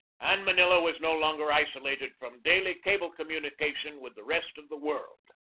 and manila was no longer isolated from daily cable communication with the rest of the world.